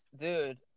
Dude